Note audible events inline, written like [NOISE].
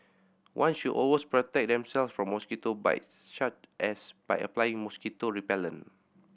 one should [UNINTELLIGIBLE] protect themselves from mosquito bites [UNINTELLIGIBLE] as by applying mosquito repellent